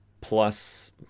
plus